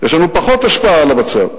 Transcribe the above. יש לנו פחות השפעה על המצב.